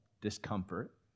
discomfort